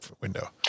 window